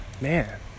Man